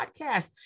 podcast